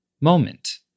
moment